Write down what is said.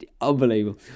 Unbelievable